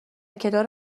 کنار